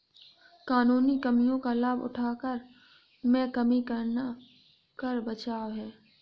कानूनी कमियों का लाभ उठाकर कर में कमी करना कर बचाव है